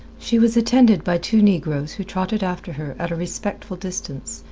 she was attended by two negroes who trotted after her at a respectful distance,